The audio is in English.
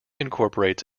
incorporates